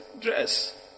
Dress